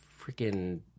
freaking